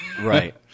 right